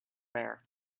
bear